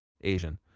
Asian